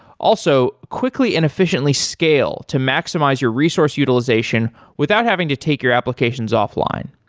also, quickly and efficiently scale to maximize your resource utilization without having to take your applications offline.